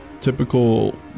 typical